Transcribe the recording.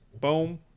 boom